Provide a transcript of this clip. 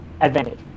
advantage